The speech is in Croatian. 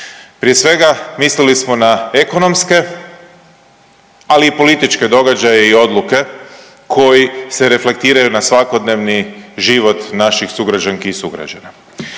Prije svega, mislili smo na ekonomske, ali i političke događaje i odluke koji se reflektiraju na svakodnevni život naših sugrađanki i sugrađana.